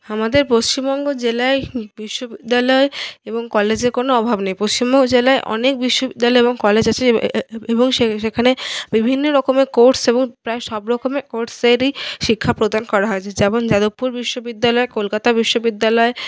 আমাদের পশ্চিমবঙ্গ জেলায় বিশ্ববিদ্যালয় এবং কলেজে কোনো অভাব নেই পশ্চিমবঙ্গ জেলায় অনেক বিশ্ববিদ্যালয় এবং কলেজ আছে এবং সেখানে বিভিন্ন রকমের কোর্স এবং প্রায় সব রকমের কোর্সেরই শিক্ষা প্রদান করা হয় যেমন যাদবপুর বিশ্ববিদ্যালয় কলকাতা বিশ্ববিদ্যালয়